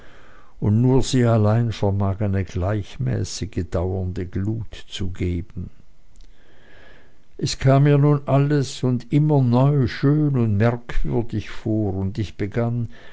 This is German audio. und nur sie allein vermag eine gleichmäßige und dauernde glut zu geben es kam mir nun alles und immer neu schön und merkwürdig vor und ich begann